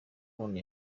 umuntu